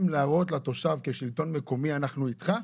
להראות לתושב כשלטון מקומי אנחנו איתך,